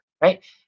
right